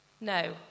no